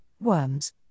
worms